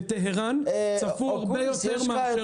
ב"טהרן" צפו הרבה יותר מאשר --- אקוניס,